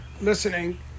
listening